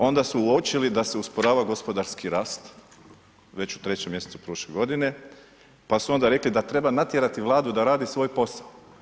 Onda su uočili da se usporava gospodarski rast već u 3. mjesecu prošle godine, pa su onda rekli da treba natjerati Vladu da radi svoj posao.